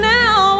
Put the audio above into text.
now